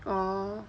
orh